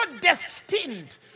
destined